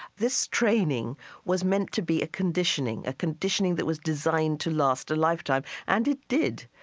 this training was meant to be a conditioning, a conditioning that was designed to last a lifetime, and it did.